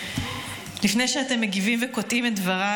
לפני שאתם מגיבים וקוטעים את דבריי,